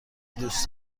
دوست